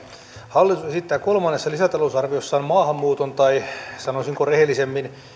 hallitus esittää kolmannessa lisätalousarviossaan maahanmuuton tai sanoisinko rehellisemmin